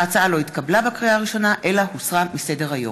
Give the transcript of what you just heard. ההצעה לא התקבלה בקריאה הראשונה אלא הוסרה מסדר-היום.